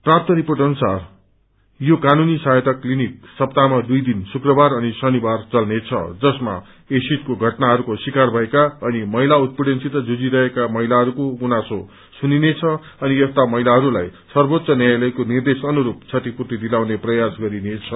प्राप्त अनुसार यो कानूनी सहायता क्लिनिक सप्ताहमा दुइ दिन शुक्रबार अनि शनिबार चल्नेछ जसमा एसिडको घटनाहरूको शिकार भएको अनि महिला उत्पीडनसित जुझिरहेका महिलाहरूको गुनासो सुनिनेछ अनि यस्ता महिलाहरूलाई सर्वोच्च न्यायालयको निर्देश अनुरूप क्षतिपूर्ती दिलाउने प्रयास गरिनेछ